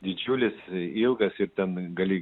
didžiulis ilgas ir ten gali